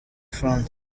france